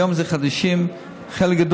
היום הם חדישים, חלק גדול.